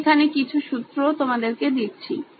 আমি এখানে কিছু সূত্র তোমাদেরকে দিচ্ছি